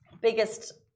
biggest